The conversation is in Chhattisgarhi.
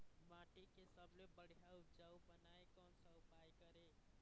माटी के सबसे बढ़िया उपजाऊ बनाए कोन सा उपाय करें?